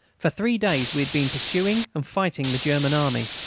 for three days we had been pursuing and fighting the german army,